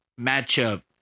matchup